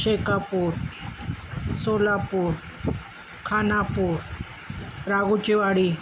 Shekhapur Solapur Khanapur Raghuchiwadi